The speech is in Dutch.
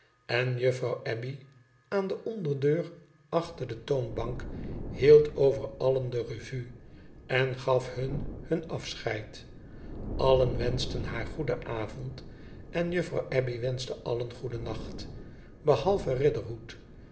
en juffrouw abbey aan de onderdeur achter de toonbank hield over allen de revue en gaf hun hun acheid allen wenschten haar goedenavond en juffrouw abbey wenschte allen goedennacht behalve